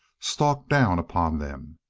stalked down upon them.